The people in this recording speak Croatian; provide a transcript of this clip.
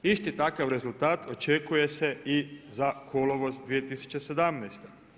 Isti takav rezultat očekuje se i za kolovoz 2017.